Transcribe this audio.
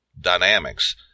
dynamics